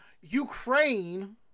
Ukraine